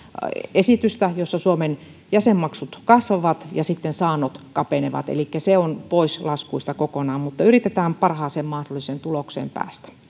esitystä jossa suomen jäsenmaksut kasvavat ja sitten saannot kapenevat elikkä se on pois laskuista kokonaan mutta yritetään parhaaseen mahdolliseen tulokseen päästä